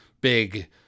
big